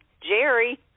Jerry